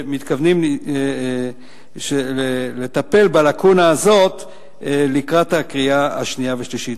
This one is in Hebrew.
שמתכוונים לטפל בלקונה הזאת לקראת הקריאה השנייה והשלישית.